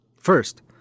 First